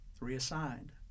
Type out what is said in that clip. reassigned